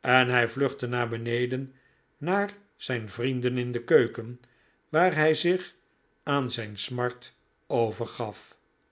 en hij vluchtte naar beneden naar zijn vrienden in de keuken waar hij zich aan zijn smart overgaf